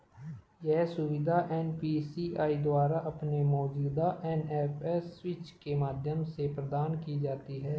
यह सुविधा एन.पी.सी.आई द्वारा अपने मौजूदा एन.एफ.एस स्विच के माध्यम से प्रदान की जाती है